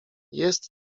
jest